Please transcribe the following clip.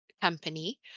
company